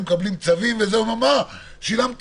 מקבלים צווים ואומרים ששילמו ארנונה,